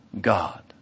God